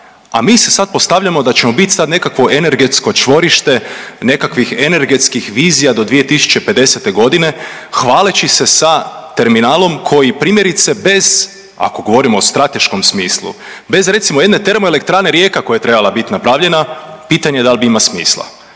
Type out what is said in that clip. a mi se sad postavljamo da ćemo biti sad nekakvo energetsko čvorište nekakvih energetskih vizija do 2050. godine hvaleći se sa terminalom koji primjerice bez ako govorimo o strateškom smislu, bez recimo jedne termo elektrane Rijeka koja je trebala biti napravljena pitanje je da li ima smisla